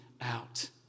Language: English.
out